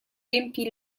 riempì